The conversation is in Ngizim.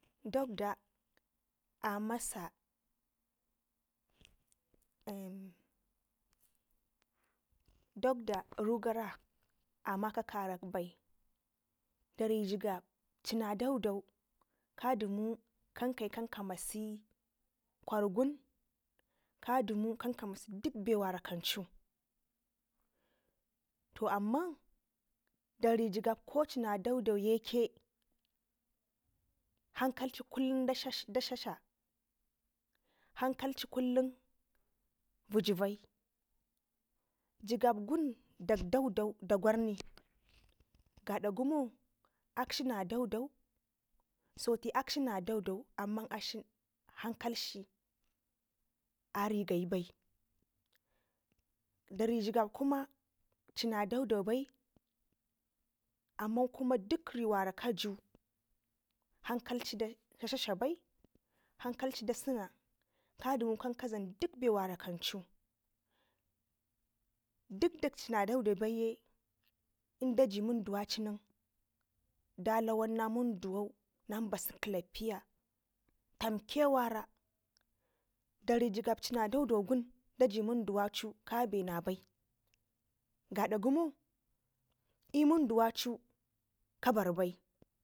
Dagba amasa dagda rugara amaka karakbai dari jigab cina dagdau kadumu kan kayi kanka mase kwargun kadumu kan ka mase dikbewana kancu to amman dari jigab koci na dagdo yeke hankalci kullum da dladla hankankalci kullum vigi bai jigab gun dagdau dakwarne gada gumo akshi na dagdau sote akshina dagdau amman hankalshi ari gayi bai dan jigab kuma acina dagdo bai amman kuma dig riwana kajew Hankalci da dladla bai hankalci dasena kadumuna kadlam dik be wana kan cu dikda cina dagda baiye in daji munduwaci nen dalawanna munduwau nam base klaffiya tamke wara dari jigab cina dagdo gun daji munduwacun kaƙe nabai gada gumo l'munduwacu kabar bai